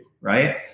right